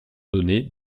donner